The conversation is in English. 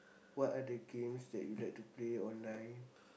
what are the games that you like to play online